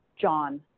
John